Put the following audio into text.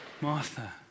Martha